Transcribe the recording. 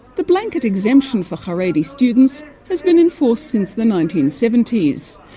the blanket exemption for haredi students has been enforced since the nineteen seventy s.